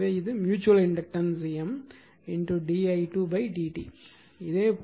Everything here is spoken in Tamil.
எனவே இது mutual inductance M di2 dt